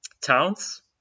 towns